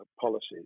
policies